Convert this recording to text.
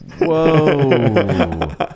Whoa